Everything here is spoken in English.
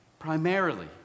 Primarily